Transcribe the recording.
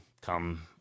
come